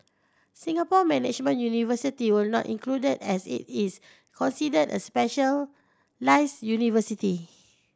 Singapore Management University was not included as it is considered a specialised university